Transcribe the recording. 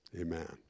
Amen